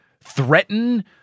threaten